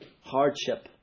hardship